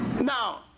Now